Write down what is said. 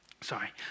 sorry